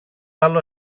άλλο